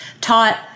taught